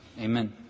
Amen